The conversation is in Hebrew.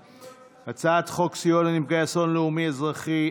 הצעת חוק סיוע לנפגעי אסון לאומי-אזרחי,